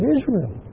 Israel